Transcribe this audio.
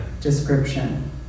description